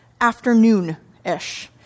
afternoon-ish